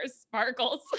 sparkles